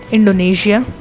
Indonesia